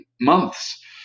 months